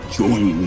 join